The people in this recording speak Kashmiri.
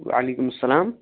وعلیکُم اسلام